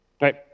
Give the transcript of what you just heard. Right